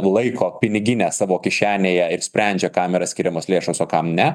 laiko piniginę savo kišenėje ir sprendžia kam yra skiriamos lėšos o kam ne